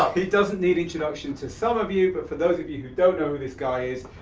he doesn't need introduction to some of you, but for those of you who don't know who this guy is,